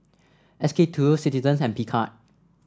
S K two Citizens and Picard